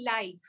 life